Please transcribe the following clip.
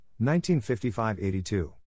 1955-82